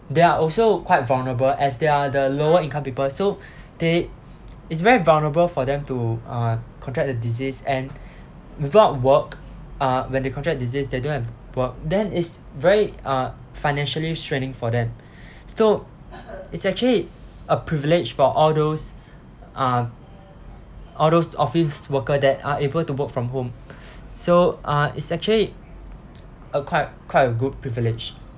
they are also quite vulnerable as they are the lower income people so they it's very vulnerable for them to uh contract the disease and without work uh when the contract disease they don't have work then it's very uh financially straining for them so it's actually a privilege for all those uh all those office worker that are able to work from home so uh it's actually a quite quite a good privilege